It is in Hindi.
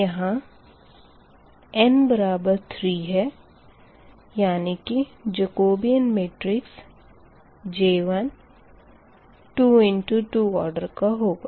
यहाँ n बराबर 3 है यानी कि Jacobian matrix J1 2 into 2 order का होगा